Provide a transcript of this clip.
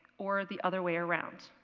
or the other way around?